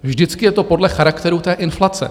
Vždycky je to podle charakteru té inflace.